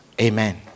amen